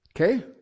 Okay